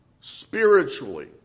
Spiritually